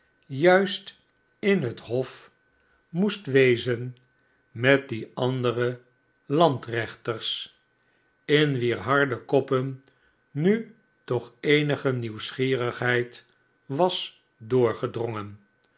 juist in het hof i barnaby rudge moest wezen met die andere landrechters in wier harde koppen nw toch eenige nieuwsgierigheid was doorgedrongen